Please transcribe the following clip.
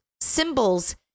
symbols